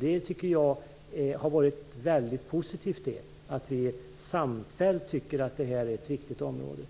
Jag tycker att det är väldigt positivt att vi samfällt tycker att detta är ett viktigt område.